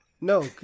No